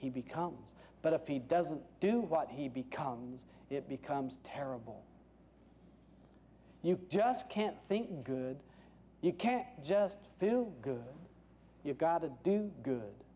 he becomes but if he doesn't do what he becomes it becomes terrible you just can't think good you can't just do good you gotta do good